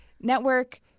Network